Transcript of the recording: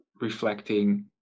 reflecting